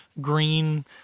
green